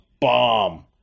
bomb